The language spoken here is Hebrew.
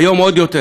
היום עוד יותר.